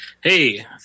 Hey